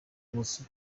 umuziki